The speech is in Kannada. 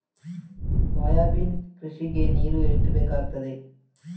ಸೋಯಾಬೀನ್ ಕೃಷಿಗೆ ನೀರು ಎಷ್ಟು ಬೇಕಾಗುತ್ತದೆ?